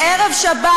הוא אמר אם.